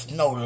no